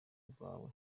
rwawe